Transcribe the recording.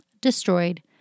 Destroyed